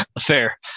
Fair